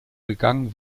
begangen